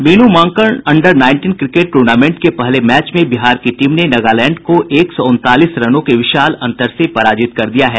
Veenu Mankad under nineteen cricket tournament के पहले match में बिहार की टीम ने नगालैंड को एक सौ उनतालीस रनों के विशाल अंतर से पराजित कर दिया है